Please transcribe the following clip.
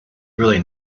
really